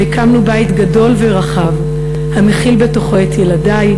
והקמנו בית גדול ורחב המכיל בתוכו את ילדי,